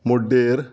मुड्डेर